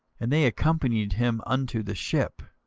and they accompanied him unto the ship.